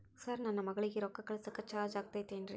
Sir ನನ್ನ ಮಗಳಗಿ ರೊಕ್ಕ ಕಳಿಸಾಕ್ ಚಾರ್ಜ್ ಆಗತೈತೇನ್ರಿ?